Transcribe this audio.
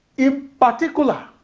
in particular,